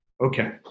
Okay